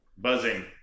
buzzing